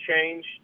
change